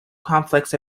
conflicts